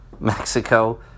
Mexico